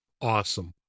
Awesome